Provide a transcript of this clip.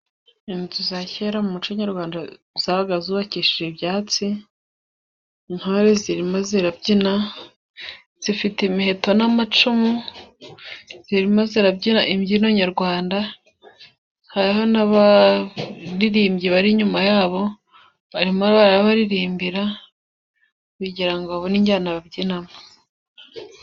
Inzu za kera muco nyarwanda zabaga zubakishije ibyatsi, intore zirimo zirabyina, zifite imiheto n'amacumu, zirimo zirabyina imbyino nyarwanda ,hariho n'abaririmbyi bari inyuma yabo barimo barabaririmbira kugira babone injyana babyinamo.